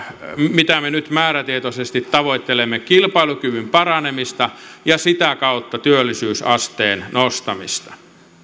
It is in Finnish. mitä me nyt määrätietoisesti tavoittelemme kilpailukyvyn paranemista ja sitä kautta työllisyysasteen nostamista